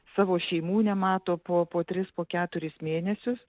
savo šeimų nemato po po tris po keturis mėnesius